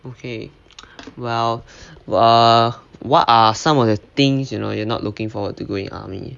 okay well ah what are some of the things you know you're not looking forward to go in army